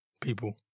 people